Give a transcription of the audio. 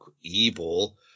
evil